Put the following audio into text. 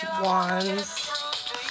Wands